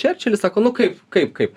čerčilį sako nu kaip kaip kaip